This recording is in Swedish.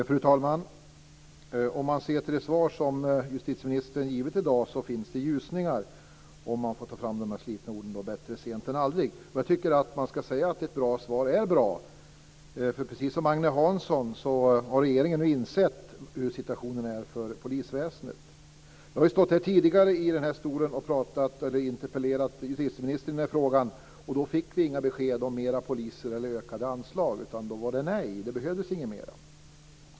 Fru talman! I det svar som justitieministern har givit i dag finns det ljusningar. Man får ta fram de slitna orden "bättre sent än aldrig". Jag tycker att man ska säga att ett bra svar är bra. Precis som Agne Hansson har regeringen nu insett hur situationen är för polisväsendet. Jag har ju stått tidigare i den här stolen och interpellerat till justitieministern i denna fråga. Då fick vi inga besked om fler poliser eller ökade anslag. Då var det nej. Det behövdes inte mer.